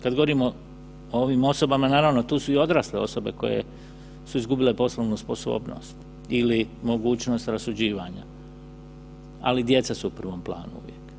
Kada govorimo o ovim osobama naravno tu su i odrasle osobe koje su izgubile poslovnu sposobnost ili mogućnost rasuđivanja, ali djeca su u prvom planu.